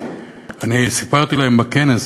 סיפרתי להם בכנס,